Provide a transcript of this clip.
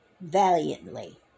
valiantly